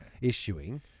issuing